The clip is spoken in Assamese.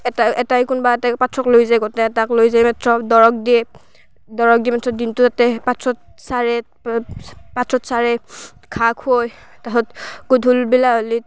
এটা এটাই কোনোবা এটাই পাথৰক লৈ যায় গোটেইকেইটাক লৈ যায় মাত্ৰ দৰগ দিয়ে দৰগ দি মাত্ৰ দিনটো তাতে পথাৰত চাৰে পাথ পথাৰত চাৰে ঘাঁহ খুৱাই তাৰ পাছত গধুলি বেলা হ'লে